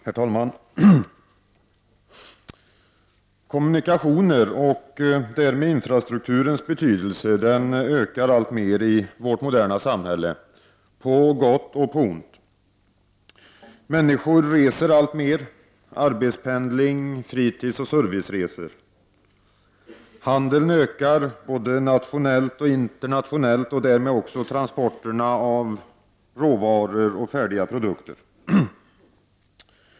Herr talman! Kommunikationer, och därmed infrastrukturens betydelse, ökar alltmer i vårt moderna samhälle, på gott och ont. Människor reser alltmer — arbetspendling, fritidsoch serviceresor. Handeln ökar, både nationellt och internationellt, och därmed också transporterna av både råvaror och färdiga produkter.